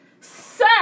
sir